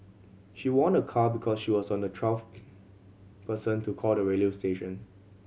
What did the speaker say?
she won a car because she was on the twelfth person to call the radio station